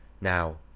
Now